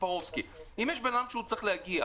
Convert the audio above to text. טופורובסקי אם יש אדם שצריך להגיע,